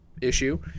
issue